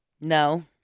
No